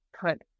put